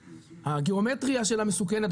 שהגיאומטריה שלה מסוכנת.